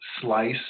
slice